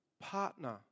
partner